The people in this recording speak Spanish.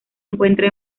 encuentra